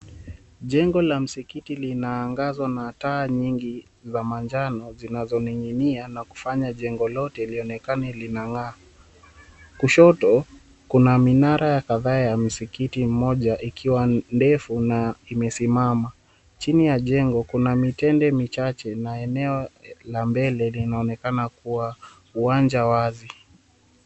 Jengo la msikiti linaangazwa na taa nyingi za manjano zinazoning'inia na kufanya jengo lote lionekane linang'aa. Kushoto kuna minara ya kadhaa ya msikiti mmoja ikiwa ndefu na imesimama. Chini ya jengo kuna mitende michache, na eneo la mbele linaonekana kuwa uwanja wazi.